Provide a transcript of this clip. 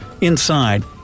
inside